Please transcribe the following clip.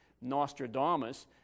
Nostradamus